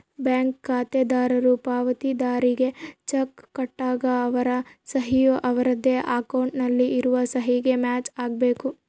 bank ಖಾತೆದಾರರು ಪಾವತಿದಾರ್ರಿಗೆ cheque ಕೊಟ್ಟಾಗ ಅವರ ಸಹಿ ಯು ಅವರದ್ದೇ ಅಕೌಂಟ್ ನಲ್ಲಿ ಇರುವ ಸಹಿಗೆ ಮ್ಯಾಚ್ ಆಗಬೇಕು